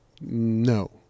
No